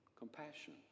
compassion